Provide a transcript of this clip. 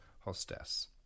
hostess